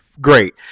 great